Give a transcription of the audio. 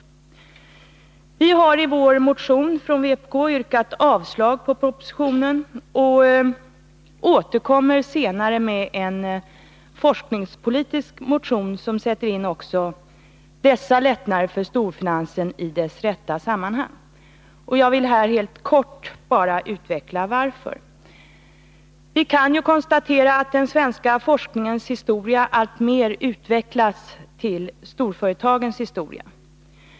Vi i vpk har i vår motion yrkat avslag på propositionen, och vi återkommer senare med en forskningspolitisk motion som sätter in också dessa lättnader för storfinansen i deras rätta sammanhang. Jag vill helt kort utveckla skälen till vår inställning. Vi kan konstatera att den svenska forskningens historia alltmer utvecklats till storföretagens historia.